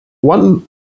one